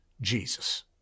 Jesus